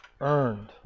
earned